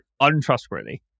untrustworthy